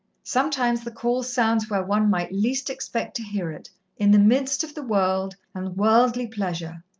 sometimes the call sounds where one might least expect to hear it in the midst of the world, and worldly pleasure,